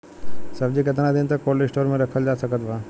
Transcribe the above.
सब्जी केतना दिन तक कोल्ड स्टोर मे रखल जा सकत बा?